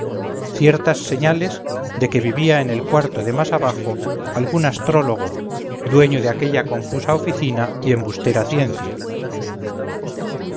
ciertas señales de que vivía en el cuarto de más abajo algún astrólogo dueño de aquella confusa oficina y embustera ciencia